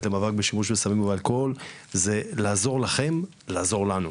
למאבק בשימוש בסמים ובאלכוהול זה לעזור לכם לעזור לנו,